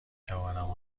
توانم